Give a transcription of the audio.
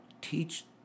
teach